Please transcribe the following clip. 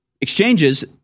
exchanges